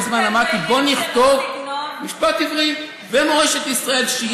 כל כך הרבה זמן אמרתי: בואו נכתוב "משפט עברי ומורשת ישראל",